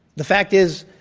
the fact is,